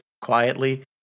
quietly